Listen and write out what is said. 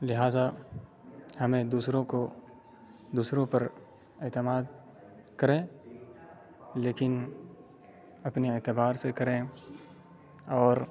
لہٰذا ہمیں دوسروں کو دوسروں پر اعتماد کریں لیکن اپنے اعتبار سے کریں اور